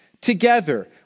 together